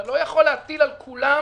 אתה לא יכול להטיל על כולם